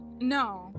No